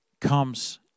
comes